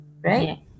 right